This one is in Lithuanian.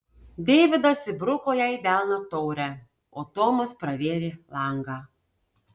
deividas įbruko jai į delną taurę o tomas pravėrė langą